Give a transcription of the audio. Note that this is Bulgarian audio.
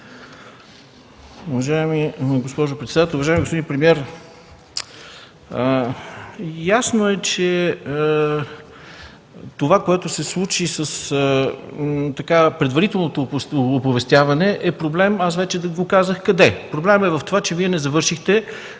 Уважаема госпожо председател, уважаеми господин премиер! Ясно е, че това, което се случи с предварителното оповестяване, е проблем – аз вече казах къде. Проблемът е в това, че Вие не завършихте